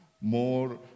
more